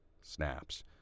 snaps